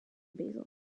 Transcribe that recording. basel